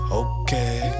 okay